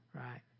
right